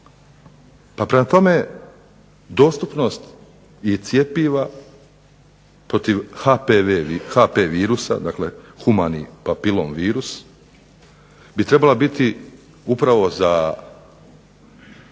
Pa prema tome, dostupnost cjepiva protiv HPV virusa, dakle Humani papilom virus bi trebala biti upravo za